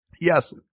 Yes